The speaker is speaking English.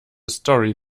story